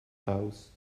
house